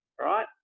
Right